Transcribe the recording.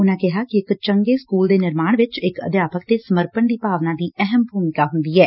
ਉਨੂਾਂ ਕਿਹਾ ਕਿ ਇਕ ਚੰਗੇ ਸਕੁਲ ਦੇ ਨਿਰਮਾਣ ਵਿਚ ਇਕ ਅਧਿਆਪਕ ਦੇ ਸਮਰਪਣ ਦੀ ਭਾਵਨਾ ਦੀ ਅਹਿਮ ਭੂਮਿਕਾ ਏ